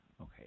Okay